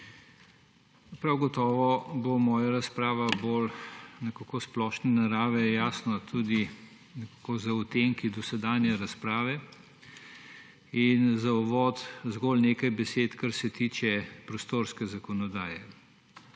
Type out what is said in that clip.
Prav gotovo bo moja razprava nekako bolj splošne narave. Jasno, tudi nekako z odtenki dosedanje razprave in za uvod zgolj nekaj besed, kar se tiče prostorske zakonodaje.